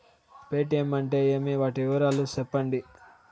Paytm అంటే ఏమి, వాటి వివరాలు సెప్పండి?